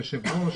היושב-ראש,